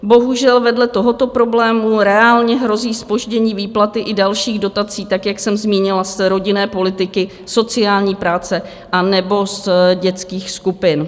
Bohužel, vedle tohoto problému reálně hrozí zpoždění výplaty i dalších dotací, jak jsem zmínila, z rodinné politiky, sociální práce anebo z dětských skupin.